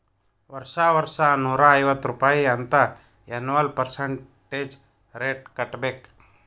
ವರ್ಷಾ ವರ್ಷಾ ನೂರಾ ಐವತ್ತ್ ರುಪಾಯಿ ಅಂತ್ ಎನ್ವಲ್ ಪರ್ಸಂಟೇಜ್ ರೇಟ್ ಕಟ್ಟಬೇಕ್